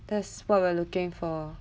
that's what we're looking for